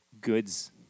goods